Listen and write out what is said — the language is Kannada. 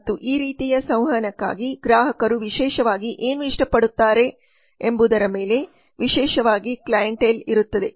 ಮತ್ತು ಈ ರೀತಿಯ ಸಂವಹನಕ್ಕಾಗಿ ಗ್ರಾಹಕರು ವಿಶೇಷವಾಗಿ ಏನು ಇಷ್ಟಪಡುತ್ತಾರೆ ಎಂಬುದರ ಮೇಲೆ ವಿಶೇಷವಾಗಿ ಕ್ಲಿಎಂಟಲ್ ಇರುತ್ತಾರೆ